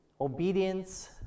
Obedience